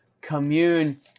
commune